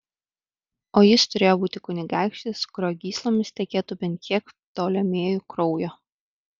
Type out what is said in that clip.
o jis turėjo būti kunigaikštis kurio gyslomis tekėtų bent kiek ptolemėjų kraujo